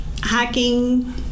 hiking